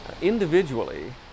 individually